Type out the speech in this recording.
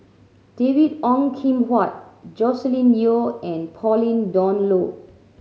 David Ong Kim Huat Joscelin Yeo and Pauline Dawn Loh